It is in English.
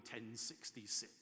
1066